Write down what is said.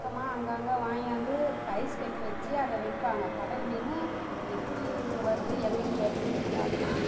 சுத்தமாக அங்கே அங்கே வாங்கியாந்து ஐஸ் கட்டி வச்சு அதை விற்பாங்க கடல் மீன் அது எப்படி வருது எங்கே இருந்து வருது நம்ம அதெல்லாம்